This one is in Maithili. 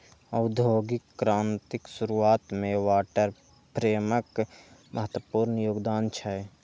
औद्योगिक क्रांतिक शुरुआत मे वाटर फ्रेमक महत्वपूर्ण योगदान छै